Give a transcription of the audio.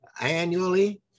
annually